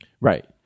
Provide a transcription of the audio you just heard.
Right